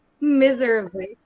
miserably